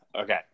Okay